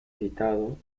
citado